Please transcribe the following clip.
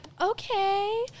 okay